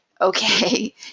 okay